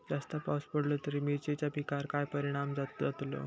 जास्त पाऊस पडलो तर मिरचीच्या पिकार काय परणाम जतालो?